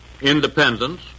independence